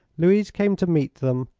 louise came to meet them,